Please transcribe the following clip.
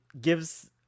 gives